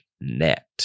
net